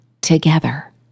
together